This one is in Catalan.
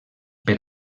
per